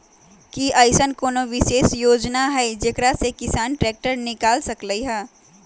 कि अईसन कोनो विशेष योजना हई जेकरा से किसान ट्रैक्टर निकाल सकलई ह?